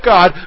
God